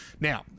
Now